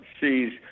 sees